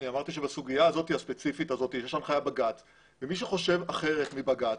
אני אמרתי שבסוגיה הספציפית הזאת יש הנחיית בג"ץ ומי שחושב אחרת מבג"ץ,